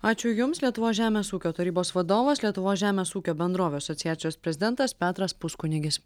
ačiū jums lietuvos žemės ūkio tarybos vadovas lietuvos žemės ūkio bendrovių asociacijos prezidentas petras puskunigis